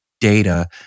data